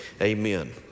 Amen